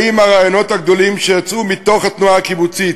האם הרעיונות הגדולים שיצאו מתוך התנועה הקיבוצית